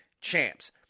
champs